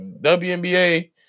WNBA